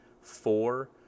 four